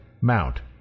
Mount